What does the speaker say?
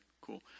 cool